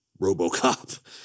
RoboCop